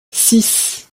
six